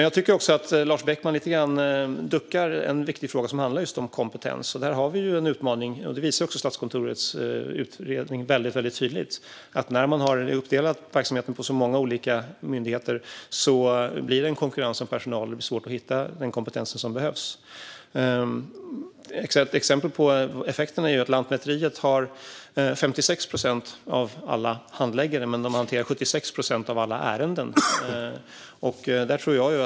Jag tycker att Lars Beckman duckar lite grann i en viktig fråga som handlar just om kompetens. Där har vi en utmaning. Det visar också Statskontorets utredning väldigt tydligt. När verksamheten är uppdelad på många olika myndigheter blir det konkurrens om personal. Det blir svårt att hitta den kompetens som behövs. Exempel på effekterna är att Lantmäteriet har 56 procent av alla handläggare, men de hanterar 76 procent av alla ärenden.